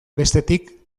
bestetik